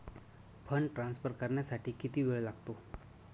Fund transfer करण्यासाठी किती वेळ लागतो?